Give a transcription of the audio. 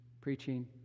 preaching